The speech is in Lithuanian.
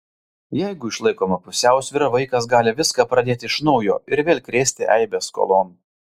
jeigu išlaikoma pusiausvyra vaikas gali viską pradėti iš naujo ir vėl krėsti eibes skolon